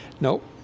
Nope